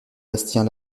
bastien